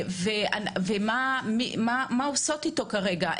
מה עושות אתו כרגע?